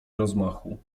rozmachu